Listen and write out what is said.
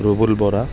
Rubul Bora